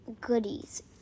goodies